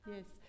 Yes